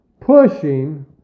pushing